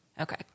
okay